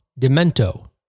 Demento